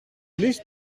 liefst